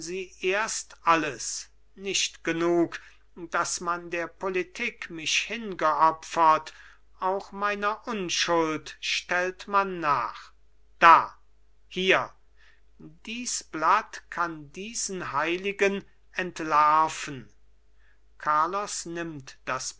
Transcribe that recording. erst alles nicht genug daß man der politik mich hingeopfert auch meiner unschuld stellt man nach da hier dies blatt kann diesen heiligen entlarven carlos nimmt das